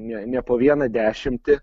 ne ne po vieną dešimtį